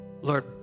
Lord